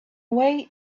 way